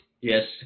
Yes